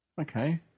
Okay